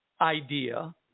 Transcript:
idea